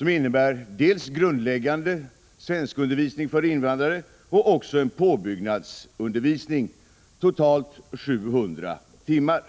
med dels grundläggande svenskundervisning för invandrare, dels en påbyggnadsundervisning, totalt 700 timmar.